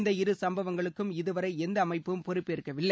இந்த இரு சம்பவங்களுக்கும் இதுவரை எந்த அமைப்பும் பொறுப்பேற்கவில்லை